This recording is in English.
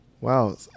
Wow